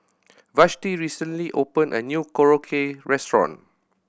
Vashti recently opened a new Korokke Restaurant